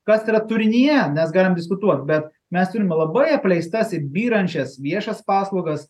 kas yra turinyje mes galim diskutuot bet mes turime labai apleistas ir byrančias viešas paslaugas